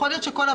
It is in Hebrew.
יכול להיות שכולם